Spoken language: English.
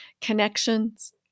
connections